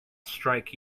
strike